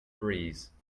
breeze